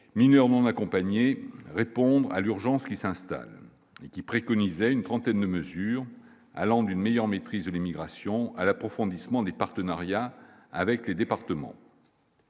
mineurs non accompagnés, répondre à l'urgence qui s'installe et qui préconisait une trentaine de mesures allant d'une meilleure maîtrise de l'immigration à l'approfondissement des partenariats avec les départements.